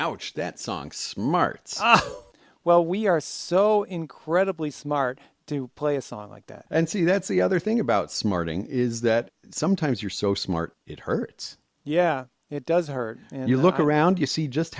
ouch that song smarts well we are so incredibly smart to play a song like that and see that's the other thing about smarting is that sometimes you're so smart it hurts yeah it does hurt and you look around you see just